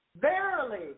Verily